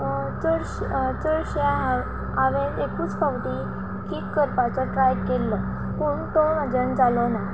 चडश् चडशे हांव हांवेन एकूच फावटी केक करपाचो ट्राय केल्लो पूण तो म्हज्यान जालो ना